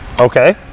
Okay